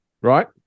right